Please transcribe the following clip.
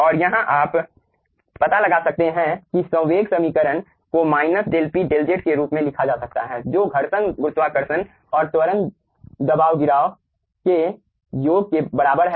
और यहाँ आप पता लगा सकते हैं कि संवेग समीकरण को minus del P del z के रूप में लिखा जा सकता है जो घर्षण गुरुत्वाकर्षण और त्वरण दबाव गिराव के योग के बराबर है